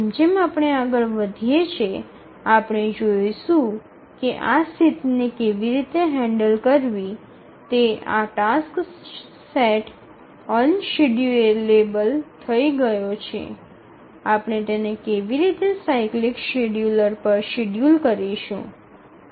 જેમ જેમ આપણે આગળ વધીએ છીએ આપણે જોઈશું કે આ સ્થિતિને કેવી રીતે હેન્ડલ કરવી તે આ ટાસ્ક સેટ અનશેડ્યૂલેબલ થઈ રહ્યો છે આપણે તેને કેવી રીતે સાયક્લિક શેડ્યૂલર પર શેડ્યૂલ કરીશું